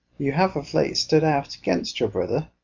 you have of late stood out against your brother,